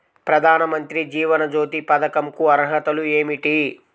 ప్రధాన మంత్రి జీవన జ్యోతి పథకంకు అర్హతలు ఏమిటి?